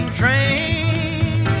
train